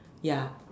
ya